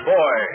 Boy